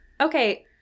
okay